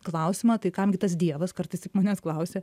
klausimą tai kam gi tas dievas kartais taip manęs klausia